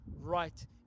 right